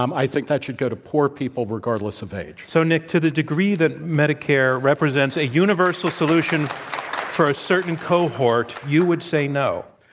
um i think that should go to poor people regardless of age. so, nick, to the degree that medicare represents a universal solution for a certain cohort, you would say no?